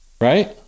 right